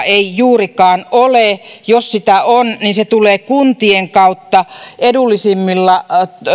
ei juurikaan ole jos sitä on niin se tulee kuntien kautta edullisemmilla